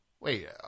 Wait